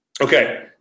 Okay